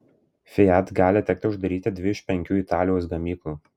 fiat gali tekti uždaryti dvi iš penkių italijos gamyklų